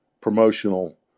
promotional